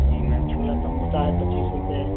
जी ma'am छोला समोसा है पच्चीस रुपये